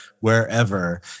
wherever